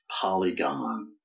polygon